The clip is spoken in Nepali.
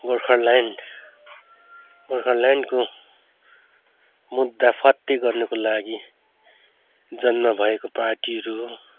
गोर्खाल्यान्ड गोर्खाल्यान्डको मुद्दा फत्ते गर्नुको लागि जन्म भएको पार्टीहरू हो